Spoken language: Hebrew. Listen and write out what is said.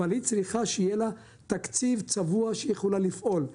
אבל היא צריכה שיהיה לה תקציב צבוע שהיא יכולה לפעול.